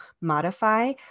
modify